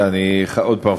עוד פעם,